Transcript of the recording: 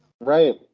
Right